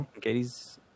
Katie's